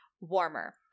warmer